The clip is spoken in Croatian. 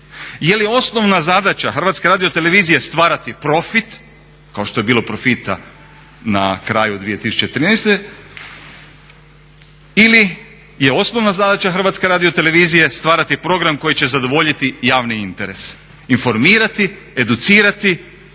Je li osnovna zadaća HRT-a stvarati profit kao što je bilo profita na kraju 2013. ili je osnovna zadaća HRT-a stvarati program koji će zadovoljiti javni interes? Informirati, educirati